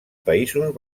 països